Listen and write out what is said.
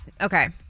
Okay